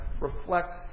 reflect